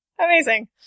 amazing